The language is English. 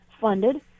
funded